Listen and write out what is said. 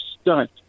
stunt